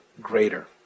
greater